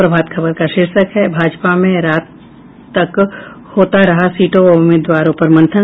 प्रभात खबर का शीर्षक है भाजपा में रात तक होता रहा सीटों व उम्मीदवारों पर मंथन